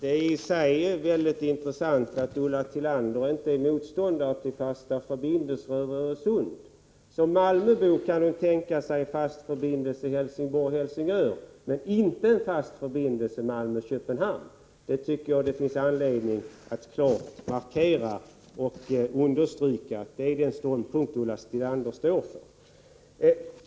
Fru talman! Det är intressant att Ulla Tillander inte är motståndare till en fast förbindelse över Öresund. Som malmöbo kan hon tänka sig en fast förbindelse Helsingborg-Helsingör men inte en fast förbindelse Malmö Köpenhamn. Jag tycker det finns anledning att klart understryka detta — det är den ståndpunkt Ulla Tillander står för.